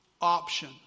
option